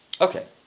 Okay